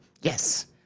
Yes